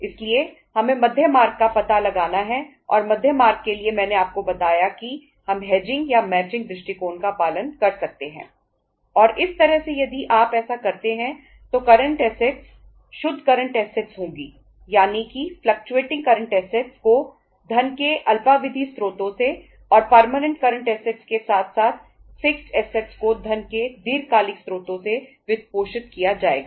इसलिए हमें मध्य मार्ग का पता लगाना है और मध्य मार्ग के लिए मैंने आपको बताया कि हम हेजिंग को धन के दीर्घकालिक स्रोतों से वित्तपोषित किया जाएगा